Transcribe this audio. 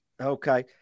Okay